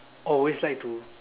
always like to